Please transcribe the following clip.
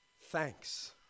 Thanks